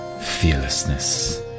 Fearlessness